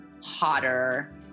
hotter